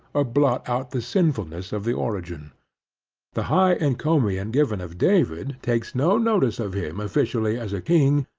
or blot out the sinfulness of the origin the high encomium given of david takes no notice of him officially as a king,